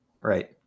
Right